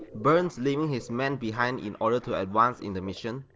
burns leaving his men behind in order to advance in the mission,